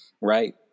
Right